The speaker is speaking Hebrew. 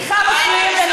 סליחה, מפריעים לי.